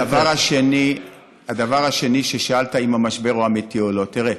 לדבר השני ששאלת, אם המשבר אמיתי או לא: תראה,